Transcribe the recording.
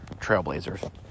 trailblazers